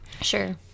sure